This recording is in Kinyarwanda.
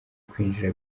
kwinjira